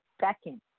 second